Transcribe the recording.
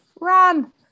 run